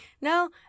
No